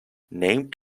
named